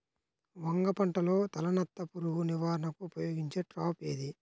వంగ పంటలో తలనత్త పురుగు నివారణకు ఉపయోగించే ట్రాప్ ఏది?